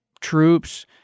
troops